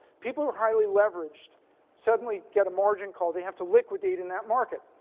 people who are highly leveraged suddenly get a margin call they have to liquidate in that market.